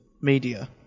media